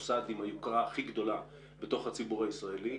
המוסד עם היוקרה הכי גדולה בתוך הציבור הישראלי,